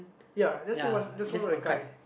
ya that's the one that's one of my